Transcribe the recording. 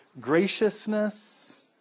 graciousness